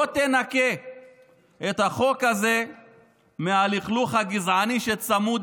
לא תנקה את החוק הזה מהלכלוך הגזעני שצמוד